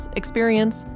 experience